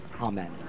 Amen